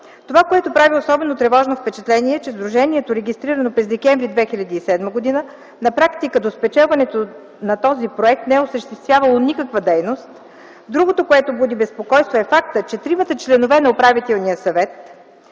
Това, което прави особено тревожно впечатление, е, че сдружението, регистрирано през м. декември 2007 г., на практика до спечелването на този проект не е осъществявало никаква дейност. Другото, което буди безпокойство, е фактът, че тримата членове на управителния съвет